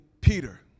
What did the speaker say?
Peter